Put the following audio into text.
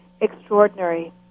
extraordinary